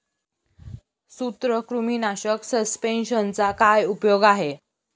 सूत्रकृमीनाशक सस्पेंशनचा काय उपयोग आहे?